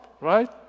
right